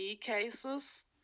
cases